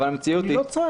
אני לא צועק.